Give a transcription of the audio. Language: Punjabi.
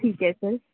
ਠੀਕ ਹੈ ਸਰ